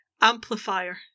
Amplifier